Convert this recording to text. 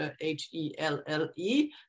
H-E-L-L-E